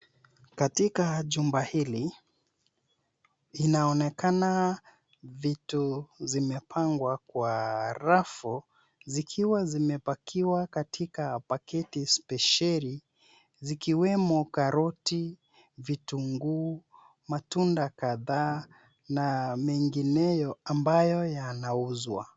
Katika jumba hili inaonekana vitu zimepangwa kwa rafu zikiwa zimepakiwa katika paketi spesheli zikiwemo karoti, vitunguu, matunda kadhaa na mengineo ambayo yanauzwa.